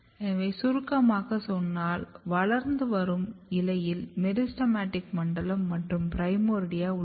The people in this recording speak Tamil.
எனவே சுருக்கமாகச் சொன்னால் வளர்ந்து வரும் இலையில் மெரிஸ்டெமடிக் மண்டலம் மற்றும் பிரைமோர்டியா உள்ளது